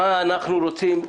מה אנחנו רוצים.